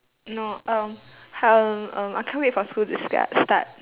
no um um um I can't wait for school to star~ start